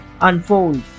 Unfold